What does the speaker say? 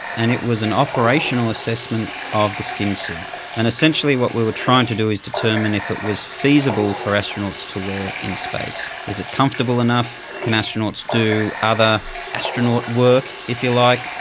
and it was an operational assessment of the skinsuit, and essentially what we were trying to do is determine if it was feasible for astronauts to wear in space. is it comfortable enough? can astronauts do other astronaut work, if you like,